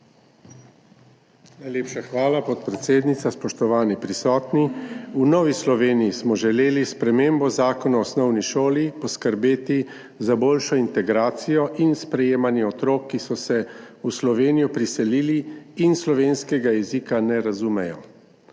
Najlepša hvala, podpredsednica. Spoštovani prisotni! V Novi Sloveniji smo želeli s spremembo Zakona o osnovni šoli poskrbeti za boljšo integracijo in sprejemanje otrok, ki so se v Slovenijo priselili in slovenskega jezika ne razumejo.